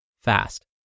fast